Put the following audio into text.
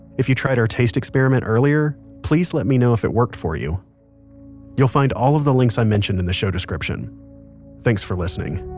if you tried our taste experiment earlier, please let me know if it worked for you you'll find all of the links i mentioned in the show description thanks for listening